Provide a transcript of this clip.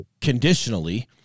conditionally